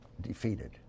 defeated